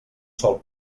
sol